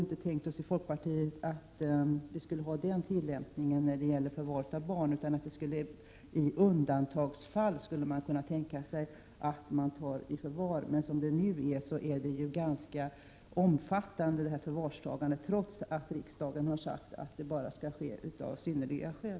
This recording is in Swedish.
Nu har ju vi i folkpartiet inte tänkt oss precis den tillämpningen när det gäller förvar av barn. I undantagsfall skulle man kunna tänka sig att barn tas i förvar. Men som det nu är, är ju detta förvarstagande ganska omfattande — trots att riksdagen har sagt att det bara skall ske på synnerliga skäl.